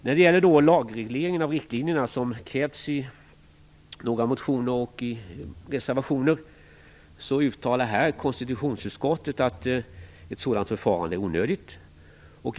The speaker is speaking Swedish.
När det gäller den lagreglering av riktlinjerna som krävts i några motioner och reservationer uttalar konstitutionsutskottet att ett sådant förfarande är onödigt.